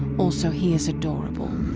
also, he is adorable,